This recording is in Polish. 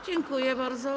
Dziękuję bardzo.